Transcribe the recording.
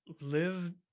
live